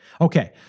Okay